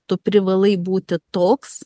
tu privalai būti toks